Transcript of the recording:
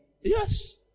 Yes